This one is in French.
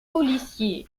policiers